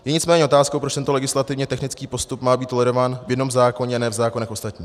Je nicméně otázkou, proč tento legislativně technický postup má být tolerován v jednom zákoně, ne v zákonech ostatních.